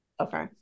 Okay